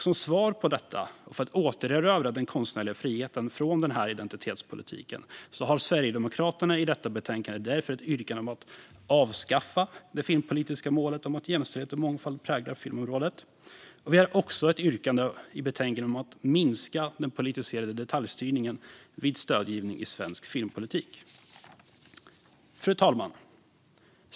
Som svar på detta, och för att återerövra den konstnärliga friheten från denna identitetspolitik, har Sverigedemokraterna i detta betänkande därför ett yrkande om att avskaffa det filmpolitiska målet om att jämställdhet och mångfald ska prägla filmområdet. Vi har också ett yrkande i betänkandet om att minska den politiserade detaljstyrningen vid stödgivning i svensk filmpolitik. Fru talman!